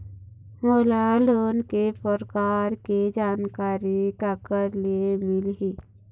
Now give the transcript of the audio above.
मोला लोन के प्रकार के जानकारी काकर ले मिल ही?